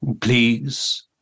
Please